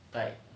bike